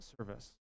service